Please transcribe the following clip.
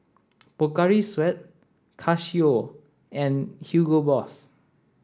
Pocari Sweat Casio and Hugo Boss